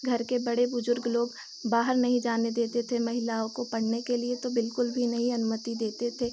घर के बड़े बुज़ुर्ग लोग बाहर नहीं जाने देते थे महिलाओं को पढ़ने के लिए तो बिल्कुल भी नहीं अनुमति देते थे